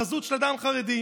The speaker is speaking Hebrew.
חזות של אדם חרדי,